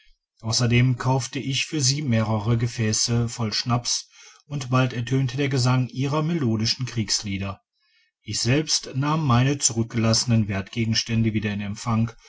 ausserdem kaufte icji für sie mehrere gefässe voll schnaps und bald ertönte der gesang ihrer melodischen kriegslieder ich selbst nahm meine zurückgelassenen wertgegenstände wieder in empfang